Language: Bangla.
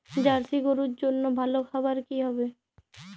জার্শি গরুর জন্য ভালো খাবার কি হবে?